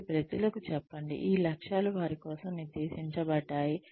కాబట్టి ప్రజలకు చెప్పండి ఈ లక్ష్యాలు వారి కోసం నిర్దేశించబడ్డాయి